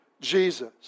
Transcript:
Jesus